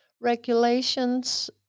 regulations